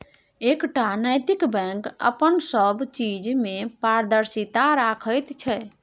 एकटा नैतिक बैंक अपन सब चीज मे पारदर्शिता राखैत छै